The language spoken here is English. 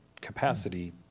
capacity